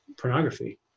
pornography